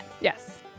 Yes